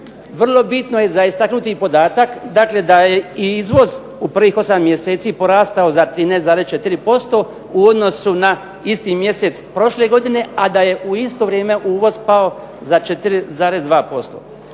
Vrlo bitno je za istaknuti podatak dakle da je i izvoz u prvih 8 mjeseci porastao za 13,4% u odnosu na isti mjesec prošle godine, a da je u isto vrijeme uvoz pao za 4,2%.